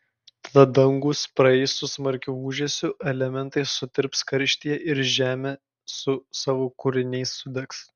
tada dangūs praeis su smarkiu ūžesiu elementai sutirps karštyje ir žemė su savo kūriniais sudegs